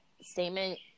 statement